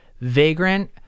Vagrant